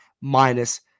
minus